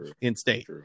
in-state